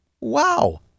Wow